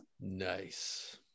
Nice